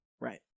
right